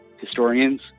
historians